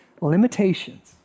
limitations